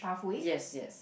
yes yes